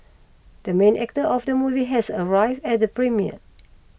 the main actor of the movie has arrived at the premiere